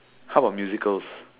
how about musicals